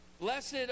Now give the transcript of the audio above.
Blessed